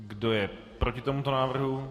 Kdo je proti tomuto návrhu?